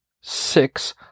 six